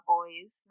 Boys